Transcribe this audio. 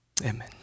Amen